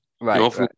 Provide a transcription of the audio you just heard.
Right